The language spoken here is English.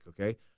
okay